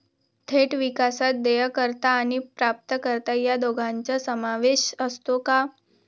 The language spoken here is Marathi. थेट विकासात देयकर्ता आणि प्राप्तकर्ता या दोघांचा समावेश असतो का?